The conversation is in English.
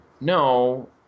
no